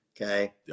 okay